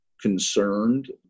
concerned